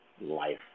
life